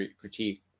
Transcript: critique